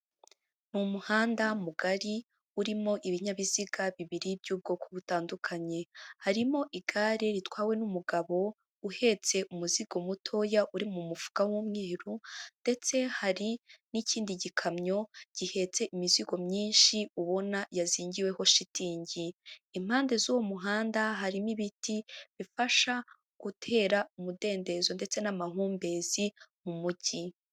Umuhanda mugari urimo ibinyabiziga bibiri by'ubwoko butandukanye harimo igare ritwawe n'umugabo uhetse umuzigo mutoya uri mu mufuka w'umweru ndetse hari n'ikindi gikamyo gihetse imizigo myinshi ubona yazingiye mo shitingi impande z'uwo muhanda harimo ibiti bifasha gutera umudendezo ndetse n'amahumbezi mu mujyi.